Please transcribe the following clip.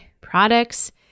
products